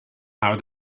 how